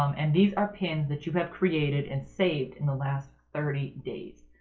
um and these are pins that you have created and saved in the last thirty days,